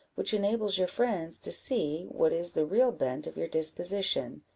which enables your friends to see what is the real bent of your disposition,